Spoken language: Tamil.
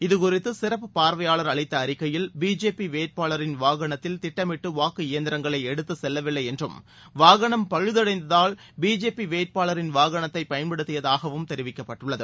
இதுகுறித்து சிறப்பு பார்வையாளர் அளித்த அறிக்கையில் பிஜேபி வேட்பாளரின் வாகனத்தில் திட்டமிட்டு வாக்கு இயந்திரங்களை எடுத்து செல்லவில்லை என்றும் வாகனம் பழுதடைந்ததால் பிஜேபி வேட்பாளரின் வாகனத்தை பயன்படுத்தியதாகவும் தெரிவிக்கப்பட்டுள்ளது